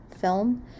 film